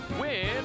Win